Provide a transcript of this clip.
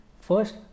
first